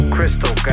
Crystal